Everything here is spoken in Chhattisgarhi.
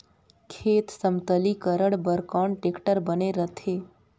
खेत समतलीकरण बर कौन टेक्टर बने रथे?